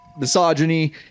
misogyny